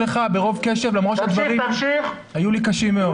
ברוב קשב למרות שהדברים היו לי קשים מאוד.